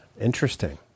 Interesting